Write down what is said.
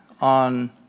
on